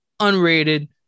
Unrated